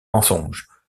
mensonges